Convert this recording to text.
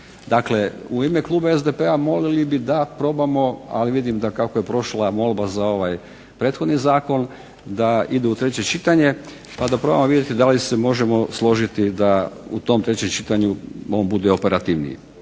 Dakle, u ime Kluba SDP-a molili bi da probamo, ali vidim da kako je prošla molba za ovaj prethodni zakon da ide u treće čitanje, pa da probamo vidjeti da li se možemo složiti da u tom trećem čitanju on bude operativniji.